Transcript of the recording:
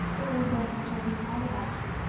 oh, roy has told me all about you.